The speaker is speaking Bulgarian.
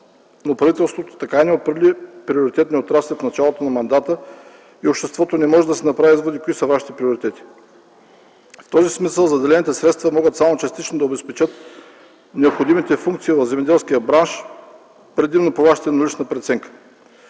но правителството така и не определи приоритетния отрасъл в началото на мандата и обществото не може да си направи изводите какви са вашите приоритети. В този смисъл заделените средства могат само частично да обезпечат необходимите функции на земеделския бранш, предимно по Вашата еднолична преценка.